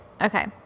okay